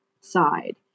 side